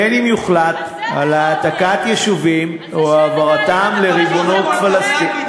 בין שיוחלט על העתקת יישובים או העברתם לריבונות פלסטינית,